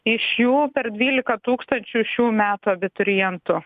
iš jų per dvylika tūkstančių šių metų abiturientų